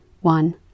One